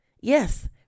Yes